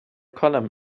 column